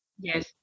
yes